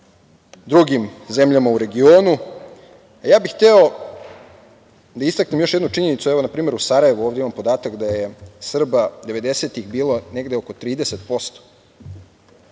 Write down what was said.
drugim zemljama u regionu. Hteo bih da istaknem još jednu činjenicu. Evo, na primer u Sarajevu, imam podatak da je Srba devedesetih bilo negde oko 30%,